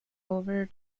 over